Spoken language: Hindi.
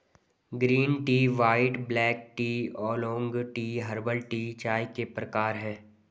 green tea white black tea oolong tea herbal tea चाय के प्रकार है